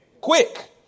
quick